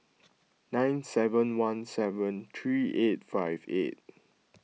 nine seven one seven three eight five eight